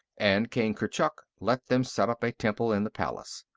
and king kurchuk let them set up a temple in the palace.